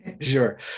sure